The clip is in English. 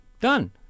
Done